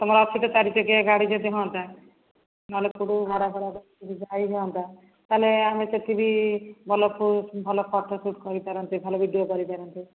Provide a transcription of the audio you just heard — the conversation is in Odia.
ତମ ଅଫିସରେ ଚାରିଚକିଆ ଗାଡ଼ି ଯଦି ହୁଅନ୍ତା ନହେଲେ କେଉଁଠୁ ଭଡ଼ାଫଡ଼ା କି ଯାଇହୁଅନ୍ତା ତାହେଲେ ଆମେ ସେଠି ବି ଭଲ ଭଲ ଫୋଟୋ ସୁଟ୍ କରିପାରନ୍ତେ ଭଲ ଭିଡ଼ିଓ କରିପାରନ୍ତେ